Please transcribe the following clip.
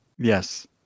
Yes